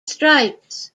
stripes